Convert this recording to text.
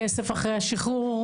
כסף אחרי השחרור.